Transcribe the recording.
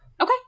Okay